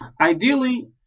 Ideally